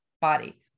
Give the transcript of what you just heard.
body